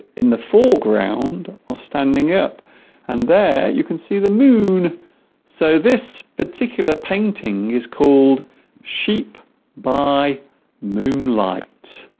in the foreground are standing up and there you can see the moon so this particular painting is called sheep by moonlight